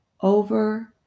over